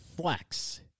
Flex